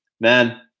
man